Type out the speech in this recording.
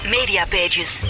Mediapages